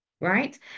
right